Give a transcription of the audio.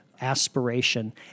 Aspiration